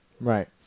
Right